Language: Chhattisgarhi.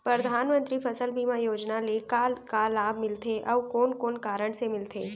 परधानमंतरी फसल बीमा योजना ले का का लाभ मिलथे अऊ कोन कोन कारण से मिलथे?